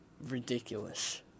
ridiculous